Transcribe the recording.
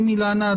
אילנה,